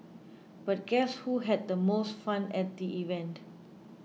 but guess who had the most fun at the event